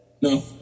No